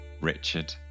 Richard